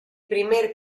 primer